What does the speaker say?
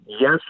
yes